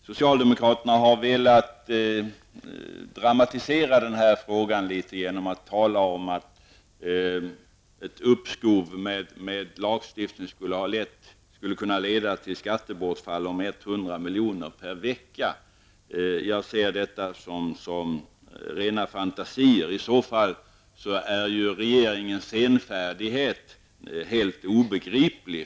Socialdemokraterna har velat dramatisera frågan litet genom att tala om att ett uppskov med lagstiftning skulle kunna leda till skattebortfall på 100 miljoner per vecka. Detta är rena fantasier. I så fall är regeringens senfärdighet helt obegriplig.